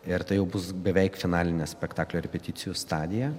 ir tai jau bus beveik finalinė spektaklio repeticijų stadija